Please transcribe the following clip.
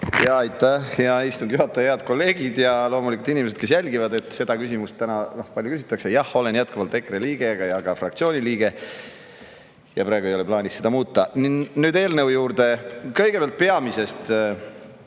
Aitäh, hea istungi juhataja! Head kolleegid! Ja loomulikult inimesed, kes te jälgite! Seda küsimust täna küsitakse palju. Jah, olen jätkuvalt EKRE liige ja ka fraktsiooni liige ja praegu ei ole plaanis seda muuta. Nüüd eelnõu juurde. Kõigepealt peamisest.